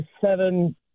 seven